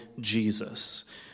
Jesus